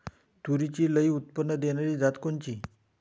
तूरीची लई उत्पन्न देणारी जात कोनची?